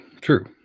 true